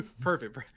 Perfect